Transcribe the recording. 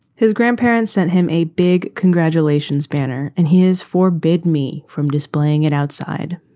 his grandparents sent him a big congratulations banner and his four bid me from displaying it outside.